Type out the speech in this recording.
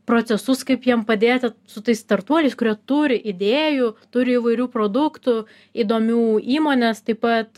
procesus kaip jiem padėti su tais startuoliais kurie turi idėjų turi įvairių produktų įdomių įmonės taip pat